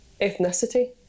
ethnicity